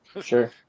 Sure